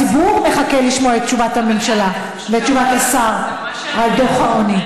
הציבור מחכה לשמוע את תשובת הממשלה ואת תשובת השר על דוח העוני.